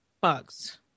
bugs